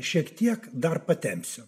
šiek tiek dar patempsiu